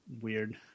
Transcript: weird